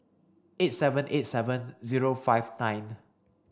eight seven eight seven zero five nine